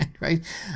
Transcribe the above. Right